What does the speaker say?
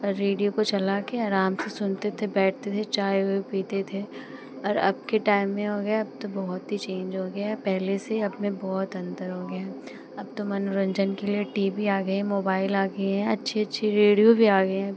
और रेडियो को चला के आराम से सुनते थे बैठते थे चाय वाय पीते थे और अब के टाइम में हो गया अब तो बहुत ही चेंज हो गया है पहले से अब में बहुत अन्तर हो गया है अब तो मनोरंजन के लिए टी बी आ गई है मोबाइल आ गया अच्छे अच्छे रेडियो भी आ गए हैं